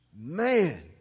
Man